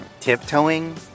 tiptoeing